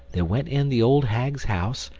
they went in the old hag's house,